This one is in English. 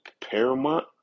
Paramount